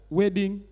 wedding